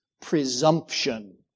presumption